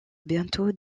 bientôt